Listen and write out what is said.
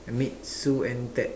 meet Sue and Ted